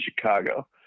Chicago